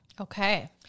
Okay